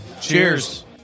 Cheers